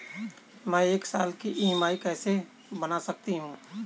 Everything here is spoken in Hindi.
मैं एक साल की ई.एम.आई कैसे बना सकती हूँ?